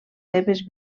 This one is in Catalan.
seves